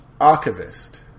Archivist